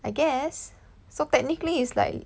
I guess so technically it's like